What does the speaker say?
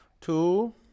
Two